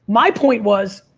my point was,